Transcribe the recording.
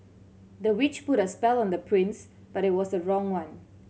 the witch put a spell on the prince but it was the wrong one